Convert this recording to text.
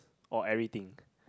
or everything